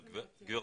אבל, גברתי,